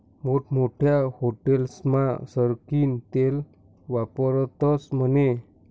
मोठमोठ्या हाटेलस्मा सरकीनं तेल वापरतस म्हने